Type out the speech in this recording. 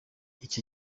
icyo